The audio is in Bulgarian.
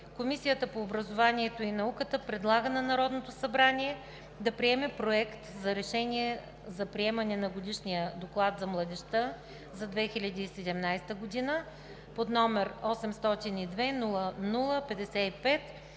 Комисията по образованието и науката предлага на Народното събрание да приеме Проект за решение за приемане на Годишния доклад за младежта за 2017 г., № 802-00-55,